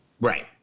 Right